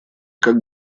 как